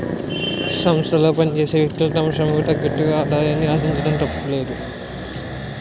సంస్థలో పనిచేసే వ్యక్తులు తమ శ్రమకు తగ్గట్టుగా ఆదాయాన్ని ఆశించడం తప్పులేదు